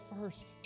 first